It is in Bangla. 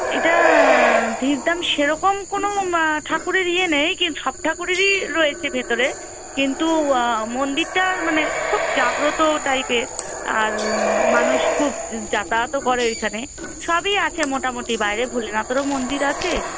এটা ধীরধাম সেরকম কোনো ম ঠাকুরের ইয়ে নেই সব ঠাকুরেরই রয়েছে ভেতরে কিন্তু মন্দিরটার মানে খুব জাগ্রত টাইপের আর মানুষ খুব যাতায়াতও করে ওইখানে সবই আছে মোটামুটি বাইরে ভোলেনাথেরও মন্দির আছে